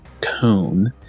cone